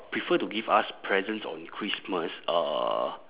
prefer to give us presents on christmas uh